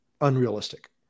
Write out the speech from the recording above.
unrealistic